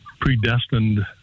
predestined